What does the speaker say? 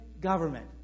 government